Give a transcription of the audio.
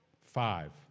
Five